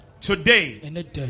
Today